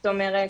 זאת אומרת,